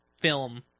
film